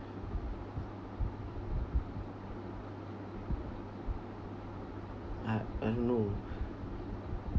I I don't know